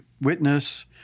witness